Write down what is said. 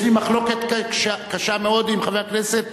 יש לי מחלוקת קשה מאוד עם חבר הכנסת